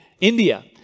India